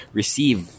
receive